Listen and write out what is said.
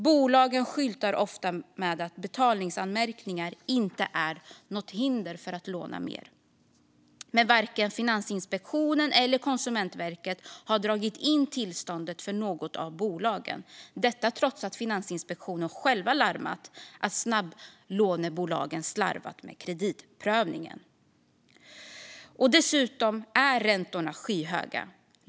Bolagen skyltar ofta med att betalningsanmärkningar inte är något hinder för att låna mer. Men varken Finansinspektionen eller Konsumentverket har dragit in tillståndet för något av bolagen - detta trots att Finansinspektionen själv larmat att snabblånebolagen har slarvat med kreditprövningen. Dessutom är räntorna skyhöga.